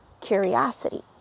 curiosity